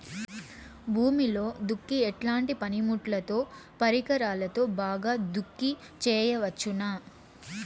భూమిలో దుక్కి ఎట్లాంటి పనిముట్లుతో, పరికరాలతో బాగా దుక్కి చేయవచ్చున?